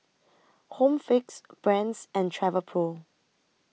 Home Fix Brand's and Travelpro